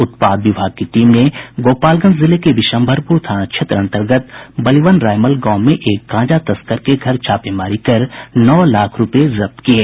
उत्पाद विभाग की टीम ने गोपालगंज जिले के विश्म्भरपुर थाना क्षेत्र अंतर्गत बलिवन रायमल गांव में एक गांजा तस्कर के घर में छापेमारी कर नौ लाख रूपये जब्त किये